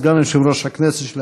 סגן יושב-ראש הכנסת,